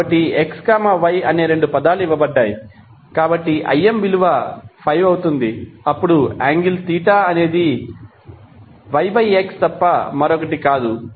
కాబట్టి x y ఈ రెండు పదాలు ఇవ్వబడ్డాయి కాబట్టి Imవిలువ 5 అవుతుంది అప్పుడు యాంగిల్ తీటా అనేది y x తప్ప మరొకటి కాదు